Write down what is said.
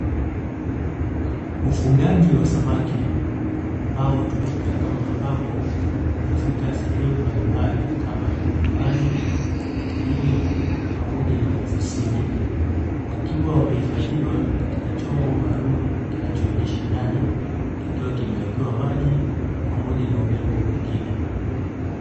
Ufugaji wa samaki ambao hutumika kama mapambo katika sehemu mbalimbali kama: nyumbani, hotelini, pamoja na maofisini. Wakiwa wamehifadhiwa katika chombo maalum kinachoonyesha ndani, kikiwa kimewekewa maji pamoja na urembo mwingine.